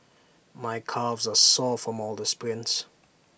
my calves are sore from all the sprints